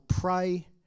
Pray